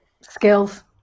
Skills